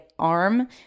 arm